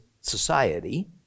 society